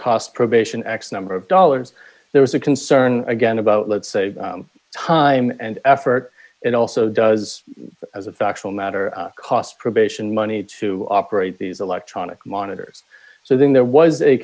cost probation x number of dollars there is a concern again about let's save time and effort and also does as a factual matter cost probation money to operate these electronic monitors so then there was a